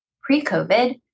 pre-COVID